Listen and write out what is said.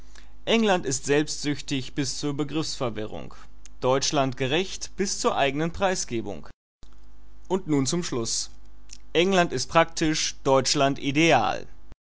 england ist selbstsüchtig bis zur begriffsverwirrung deutschland gerecht bis zur eigenen preisgebung und nun zum schluß england ist praktisch deutschland ideal